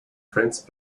prince